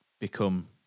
become